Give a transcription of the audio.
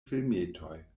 filmetoj